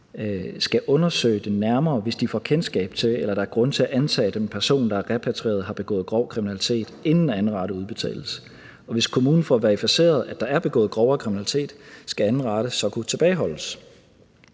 skal undersøge det nærmere, hvis de får kendskab til eller der er grund til at antage, at den person, der er repatrieret, har begået grov kriminalitet, inden anden rate udbetales. Og hvis kommunen får verificeret, at der er begået grovere kriminalitet, skal anden rate kunne tilbageholdes.